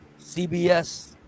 CBS